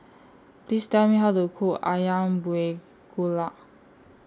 Please Tell Me How to Cook Ayam Buah Keluak